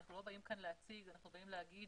אנחנו לא באים כאן להציג, אלא באים להגיד